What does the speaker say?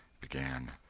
began